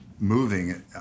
moving